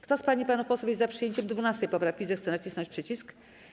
Kto z pań i panów posłów jest za przyjęciem 12. poprawki, zechce nacisnąć przycisk.